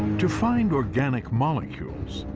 to find organic molecules,